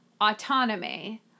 autonomy